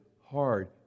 hard